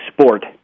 sport